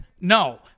No